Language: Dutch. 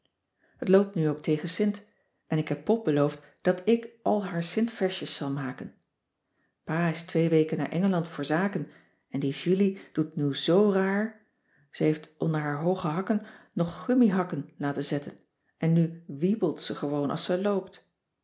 loopt nu ook tegen sint en ik heb pop beloofd dat ik al haar sintversjes zal maken pa is twee weken naar engeland voor zaken en die julie doet nu zoo raar ze heeft onder haar hooge hakken nog gummihakken laten zetten en nu wiebelt ze gewoon als ze loopt